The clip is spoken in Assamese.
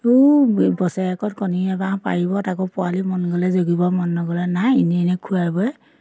আৰু বছৰেকত কণী এবাৰ পাৰিব তাকো পোৱালি মন গ'লে জগিব মন নগ'লে নাই এনেই এনে খুৱাই বুৱাই